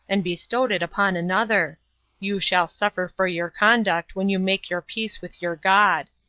and bestowed it upon another you shall suffer for your conduct when you make your peace with your god.